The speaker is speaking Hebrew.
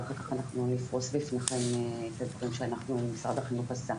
ואחר כך אנחנו נפרוס בפניכם את התוכנית שמשרד החינוך עשה.